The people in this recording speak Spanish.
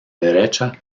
derecha